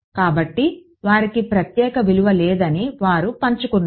కాబట్టి వారికి ప్రత్యేక విలువ లేదని వారు పంచుకున్నారు